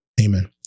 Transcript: Amen